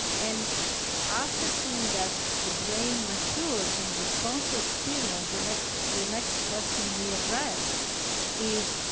and after seeing that the brain matures in response to experience, the next the next question we addressed is,